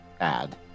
Add